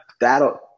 that'll